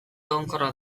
egonkorra